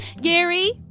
Gary